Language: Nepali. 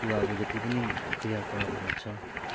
को अब जति पनि क्रियाकलापहरू छ